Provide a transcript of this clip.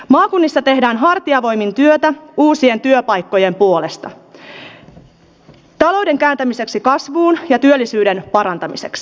maakunnissa tehdään hartiavoimin työtä uusien työpaikkojen puolesta talouden kääntämiseksi kasvuun ja työllisyyden parantamiseksi